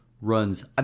runs